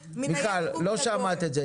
מיכל, לא שמעת את זה.